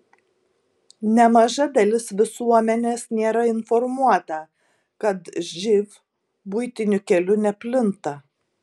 nemaža dalis visuomenės nėra informuota kad živ buitiniu keliu neplinta